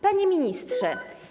Panie Ministrze!